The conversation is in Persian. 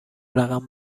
رقم